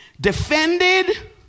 defended